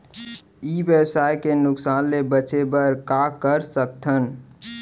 ई व्यवसाय के नुक़सान ले बचे बर का कर सकथन?